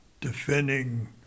defending